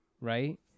right